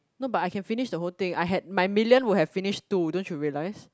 no but I can finish the whole thing I had my million would have finished too don't you realise